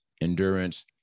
endurance